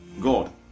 God